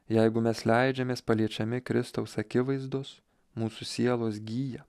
jeigu mes leidžiamės paliečiami kristaus akivaizdos mūsų sielos gyja